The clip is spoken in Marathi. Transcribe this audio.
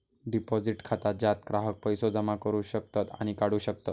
डिपॉझिट खाता ज्यात ग्राहक पैसो जमा करू शकतत आणि काढू शकतत